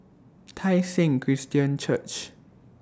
Tai Seng Christian Church